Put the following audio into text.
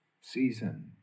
season